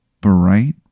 bright